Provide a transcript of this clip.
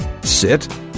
Sit